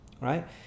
right